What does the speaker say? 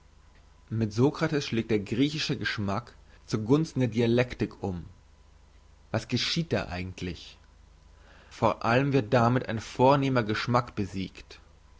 mit sokrates schlägt der griechische geschmack zu gunsten der dialektik um was geschieht da eigentlich vor allem wird damit ein vornehmer geschmack besiegt